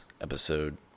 episode